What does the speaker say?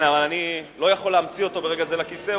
אבל אני לא יכול להמציא אותו ברגע זה לכיסא.